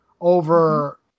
over